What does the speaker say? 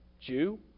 Jew